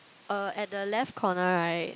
uh at the left corner right